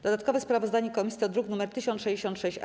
Dodatkowe sprawozdanie komisji to druk nr 1066-A.